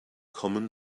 common